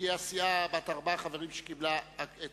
שהיא הסיעה בת ארבעה חברים שקיבלה את